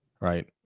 Right